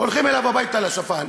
הולכים אליו הביתה, לשפן,